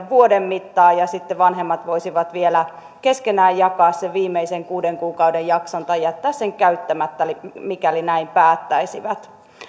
vuoden mittaan ja sitten vanhemmat voisivat vielä keskenään jakaa sen viimeisen kuuden kuukauden jakson tai jättää sen käyttämättä mikäli näin päättäisivät